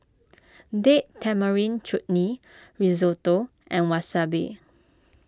Date Tamarind Chutney Risotto and Wasabi